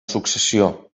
successió